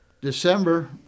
December